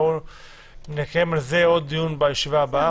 בואו נקיים על זה עוד דיון בישיבה הבאה.